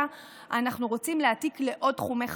אנחנו רוצים להעתיק לעוד תחומי חיים.